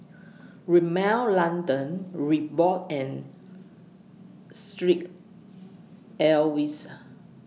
Rimmel London Reebok and Street Ives